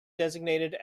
designated